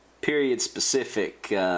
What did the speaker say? period-specific